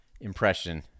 impression